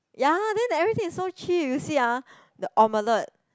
ya then everything is so cheap you see ah the omelette